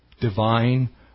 divine